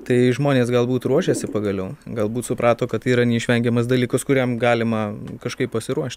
tai žmonės galbūt ruošėsi pagaliau galbūt suprato kad tai yra neišvengiamas dalykas kuriam galima kažkaip pasiruošt